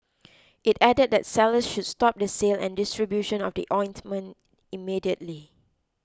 it added that sellers should stop the sale and distribution of the ointment immediately